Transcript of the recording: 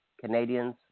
Canadians